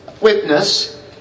Witness